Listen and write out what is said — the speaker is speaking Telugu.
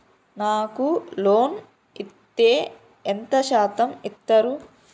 నాకు లోన్ ఇత్తే ఎంత శాతం ఇత్తరు?